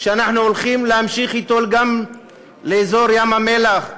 שאנחנו הולכים להמשיך אתו גם באזור ים-המלח,